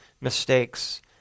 mistakes